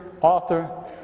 author